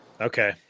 Okay